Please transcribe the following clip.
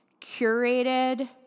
curated